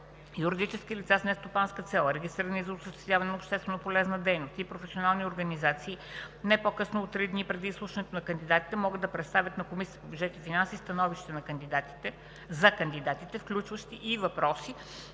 Юридически лица с нестопанска цел, регистрирани за осъществяване на общественополезна дейност и професионални организации не по-късно от три дни преди изслушването на кандидатите може да представят на Комисията по бюджет и финанси становища за кандидатите, включващи и въпроси,